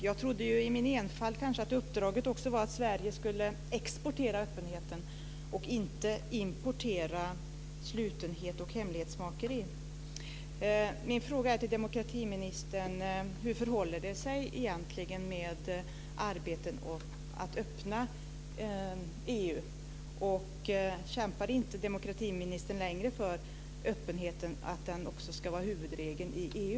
Jag trodde i min enfald att uppdraget också var att Sverige skulle exportera öppenheten och inte importera slutenhet och hemlighetsmakeri. Min fråga till demokratiministern är: Hur förhåller det sig egentligen med arbetet för att öppna EU? Kämpar inte demokratiministern längre för att öppenheten också ska vara huvudregeln i EU?